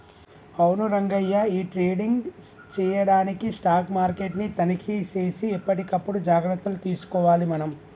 అవును రంగయ్య ఈ ట్రేడింగ్ చేయడానికి స్టాక్ మార్కెట్ ని తనిఖీ సేసి ఎప్పటికప్పుడు జాగ్రత్తలు తీసుకోవాలి మనం